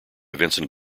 vincent